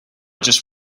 just